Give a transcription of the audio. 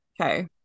Okay